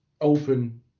open